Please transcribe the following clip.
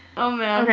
oh man. okay,